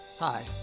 Hi